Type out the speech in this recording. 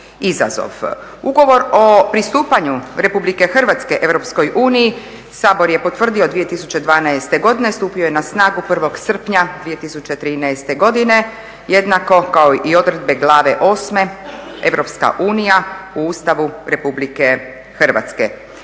Ugovor o pristupanju Republike Hrvatske Europskoj uniji Sabor je potvrdio 2012. godine, stupio je na snagu 1. srpnja 2013. godine jednako kao i odredbe glave 8. Europska unija u Ustavu Republike Hrvatske.